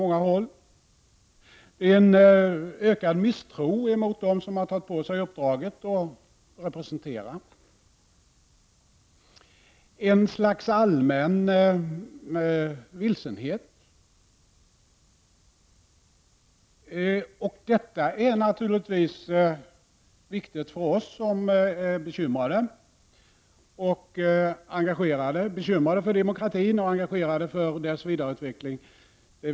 Det är en ökad misstro mot dem som har tagit på sig uppdraget att representera. Det råder ett slags allmän vilsenhet. Detta är naturligtvis viktiga saker att överväga för oss som är bekymrade och engagerade; bekymrade för demokratin och engagerade i dess vidareutveckling.